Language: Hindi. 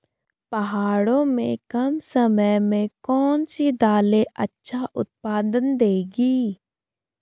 पहाड़ों में कम समय में कौन सी दालें अच्छा उत्पादन देंगी?